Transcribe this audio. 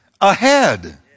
ahead